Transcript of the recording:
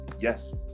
Yes